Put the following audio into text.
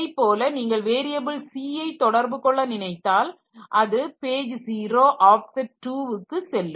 இதைப்போல நீங்கள் variable c யை தொடர்பு கொள்ள நினைத்தால் இது பேஜ் 0 ஆப்செட் 2 க்கு செல்லும்